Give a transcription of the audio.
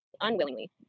unwillingly